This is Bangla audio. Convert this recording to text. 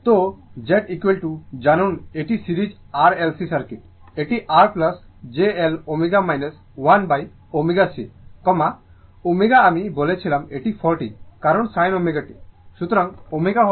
সুতরাং Z জানুন এটি একটি series R L C circuit এটি R j L 1ω C ω আমি বলেছিলাম এটি 40 কারণ sin ω t